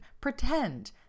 pretend